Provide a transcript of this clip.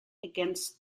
against